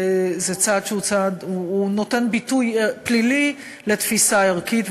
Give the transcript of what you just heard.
זה צעד שנותן ביטוי פלילי לתפיסה ערכית,